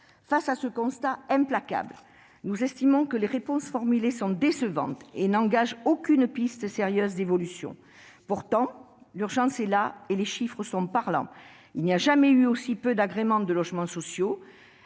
Face à ce constat implacable, nous estimons que les réponses formulées sont décevantes et ne constituent nullement des pistes sérieuses d'évolution. Pourtant, l'urgence est là et les chiffres sont parlants. Il n'y a jamais eu aussi peu d'agréments de logements sociaux